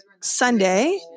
Sunday